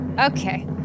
Okay